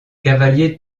cavaliers